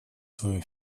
свое